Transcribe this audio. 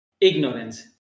ignorance